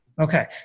Okay